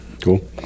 cool